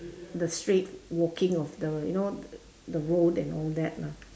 the straight walking of the you know the road and all that lah